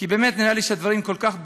כי באמת נראה לי שהדברים כל כך ברורים,